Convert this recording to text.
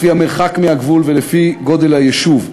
לפי המרחק מהגבול ולפי גודל היישוב.